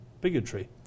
bigotry